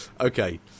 Okay